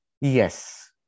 yes